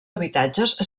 habitatges